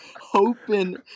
hoping